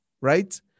right